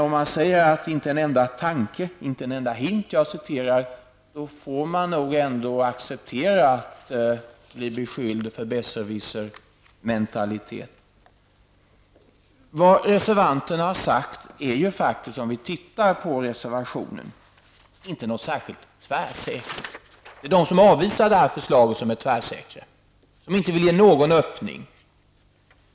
Om man säger att det är detsamma som ''inte en enda hint, inte enda tanke'', får man nog acceptera att bli beskylld för besserwissermentalitet. Vad reservanterna har sagt i reservationen är ju inte något särskilt tvärsäkert. Det är de som avvisar förslaget som är tvärsäkra, som inte vill ge någon öppning.